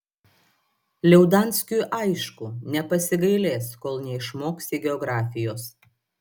liaudanskiui aišku nepasigailės kol neišmoksi geografijos